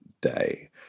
Day